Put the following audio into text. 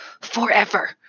forever